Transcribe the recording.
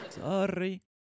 Sorry